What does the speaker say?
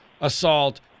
assault